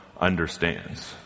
understands